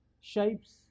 shapes